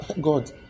God